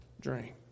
drink